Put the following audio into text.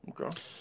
Okay